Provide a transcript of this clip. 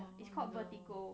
it's called vertical